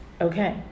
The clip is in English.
Okay